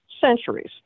centuries